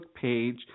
page